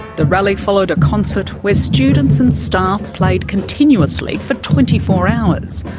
the rally followed a concert where students and staff played continuously for twenty four hours,